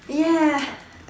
ya